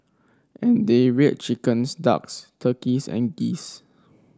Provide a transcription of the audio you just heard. and they reared chickens ducks turkeys and geese